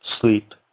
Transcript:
Sleep